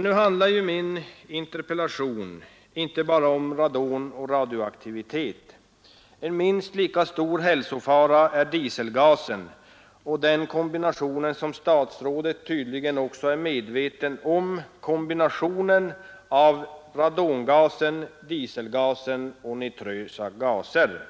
Nu handlar ju min interpellation inte bara om radon och radioaktivitet. En minst lika stor hälsofara är dieselgasen och den kombination som statsrådet tydligen också är medveten om — kombinationen av radongas, dieselgas och nitrösa gaser.